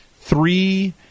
Three